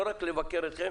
לא רק לבקר אתכם,